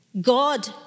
God